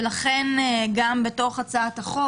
ולכן בתוך הצעת החוק